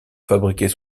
fabriquer